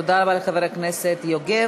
תודה רבה, חבר הכנסת יוגב.